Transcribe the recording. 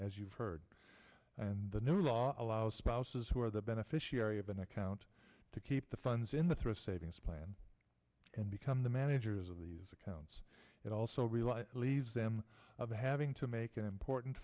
as you've heard and the new law allows spouses who are the beneficiary of an account to keep the funds in the thrift savings plan and become the managers of these accounts that also rely leaves them of having to make an important